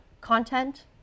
content